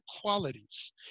qualities